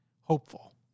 hopeful